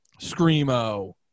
screamo